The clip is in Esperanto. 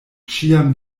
ĉiam